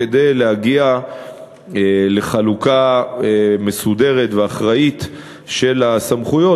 כדי להגיע לחלוקה מסודרת ואחראית של הסמכויות